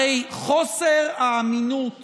הרי חוסר האמינות